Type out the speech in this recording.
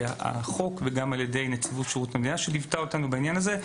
החוק וגם על ידי נציבות שירות המדינה שליוותה אותנו בעניין הזה.